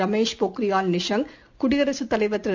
ரமேஷ் பொக்ரியால் நிஷாங்க் குடியரசுத் தலைவர் திரு